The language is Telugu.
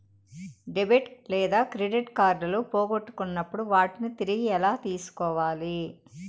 డెబిట్ లేదా క్రెడిట్ కార్డులు పోగొట్టుకున్నప్పుడు వాటిని తిరిగి ఎలా తీసుకోవాలి